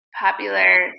popular